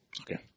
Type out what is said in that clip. okay